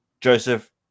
Joseph